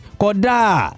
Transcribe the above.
koda